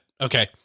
Okay